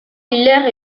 hilaire